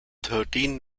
thirteen